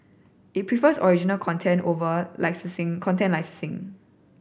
it prefers original content over licensing content licensing